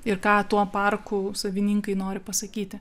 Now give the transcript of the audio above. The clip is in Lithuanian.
ir ką tuo parku savininkai nori pasakyti